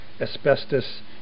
asbestos